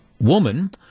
woman